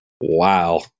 wow